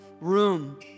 room